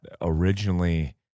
originally